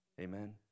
Amen